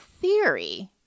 theory